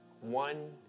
one